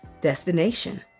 destination